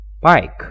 bike